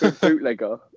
Bootlegger